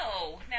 No